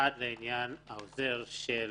אחת בעניין העוזר של